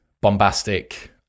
bombastic